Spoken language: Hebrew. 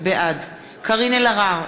בעד קארין אלהרר,